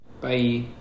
Bye